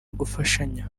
gufashanya